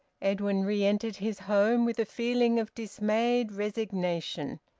edwin re-entered his home with a feeling of dismayed resignation.